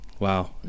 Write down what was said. Wow